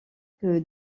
que